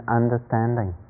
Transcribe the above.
understanding